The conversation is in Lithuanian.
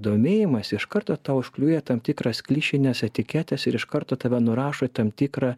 domėjimąsi iš karto tau užklijuoja tam tikras klišines etiketes ir iš karto tave nurašo į tam tikrą